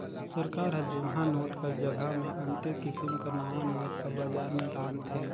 सरकार हर जुनहा नोट कर जगहा मे अन्ते किसिम कर नावा नोट ल बजार में लानथे